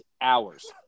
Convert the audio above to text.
hours